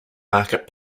market